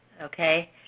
okay